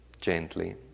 gently